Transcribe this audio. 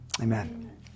amen